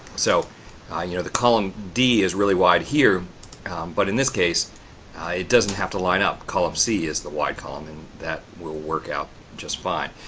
so you know the column d is really wide here but in this case, it doesn't have to line up. column c is the wide column and that will work out just fine.